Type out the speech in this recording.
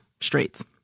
straits